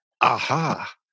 aha